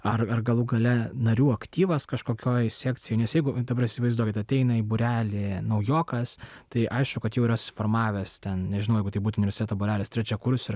ar ar galų gale narių aktyvas kažkokioj sekcijoj nes jeigu dabar įsivaizduokit ateina į būrelį naujokas tai aišku kad jau yra suformavęs ten nežinau jeigu tai būtų universiteto būrelis trečiakursių